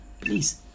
please